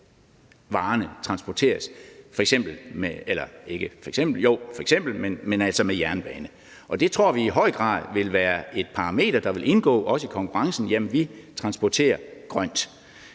varerne transporteres f.eks. med jernbane, og det tror vi i høj grad vil være et parameter, der vil indgå i konkurrencen: Vi transporterer grønt!